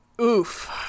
Oof